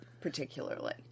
particularly